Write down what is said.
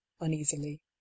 uneasily